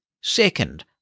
Second